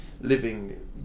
living